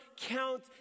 count